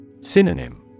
Synonym